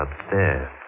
upstairs